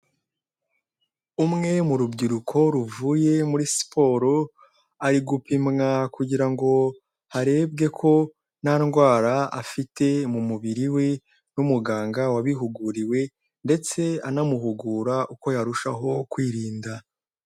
Umwe mu rubyiruko ruvuye muri siporo, ari gupimwa kugira ngo harebwe ko nta ndwara afite mu mubiri we n'umuganga wabihuguriwe ndetse anamuhugura uko yarushaho kwirinda.